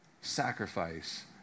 sacrifice